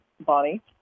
Bonnie